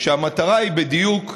כשהמטרה היא בדיוק,